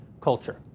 culture